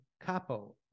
Capo